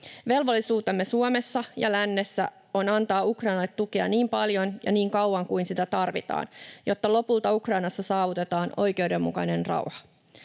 Velvollisuutemme Suomessa ja lännessä on antaa Ukrainalle tukea niin paljon ja niin kauan kuin sitä tarvitaan, jotta lopulta Ukrainassa saavutetaan oikeudenmukainen rauha.